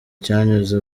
cyanyuze